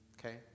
Okay